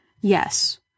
Yes